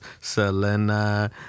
Selena